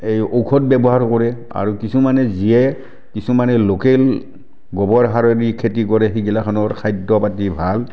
সেই ঔষধ ব্যৱহাৰ কৰে আৰু কিছুমানে যিয়ে কিছুমানে লোকেল গোবৰ সাৰো দি খেতি কৰে সেইখনৰ মানুহৰ খাদ্য পাতি ভাল